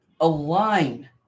align